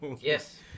Yes